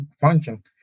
function